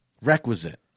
requisite